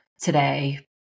today